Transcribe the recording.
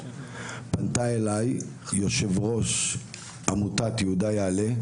פנתה אליי יושבת ראש עמותת 'יהודה יעלה',